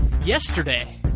yesterday